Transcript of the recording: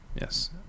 Yes